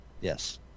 yes